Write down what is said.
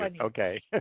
Okay